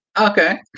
Okay